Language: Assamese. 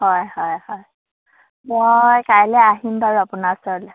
হয় হয় হয় মই কাইলৈ আহিম বাৰু আপোনাৰ ওচৰলৈ